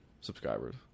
subscribers